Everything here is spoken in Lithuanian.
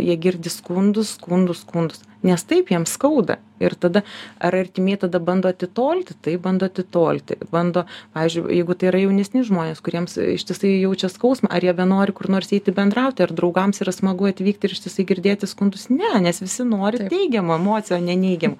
jie girdi skundus skundus skundus nes taip jam skauda ir tada ar artimieji tada bando atitolti taip bando atitolti bando pavyzdžiui jeigu tai yra jaunesni žmonės kuriems ištisai jaučia skausmą ar jie benori kur nors eiti bendrauti ar draugams yra smagu atvykti ir ištisai girdėti skundus ne nes visi nori teigiamų emocijų o ne neigiamų